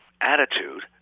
attitude